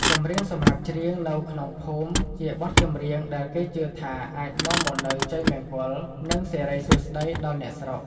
ចម្រៀងសម្រាប់ច្រៀងនៅក្នុងភូមិ ជាបទចម្រៀងដែលគេជឿថាអាចនាំមកនូវ ជ័យមង្គល និងសិរីសួស្ដី ដល់អ្នកស្រុក។